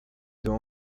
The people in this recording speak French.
doit